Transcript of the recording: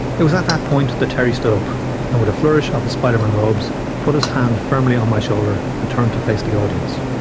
it was at that point that terry stood up, and with a flourish of his spiderman robes, put his hand firmly on my shoulder and turned to face the audience.